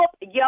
yo